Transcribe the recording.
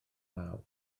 naw